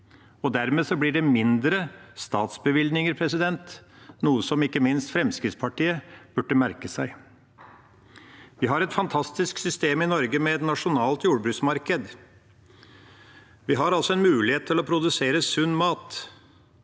Dermed blir det mindre statsbevilgninger, noe som ikke minst Fremskrittspartiet burde merke seg. Vi har et fantastisk system i Norge med et nasjonalt jordbruksmarked. Vi har mulighet til å produsere sunn mat.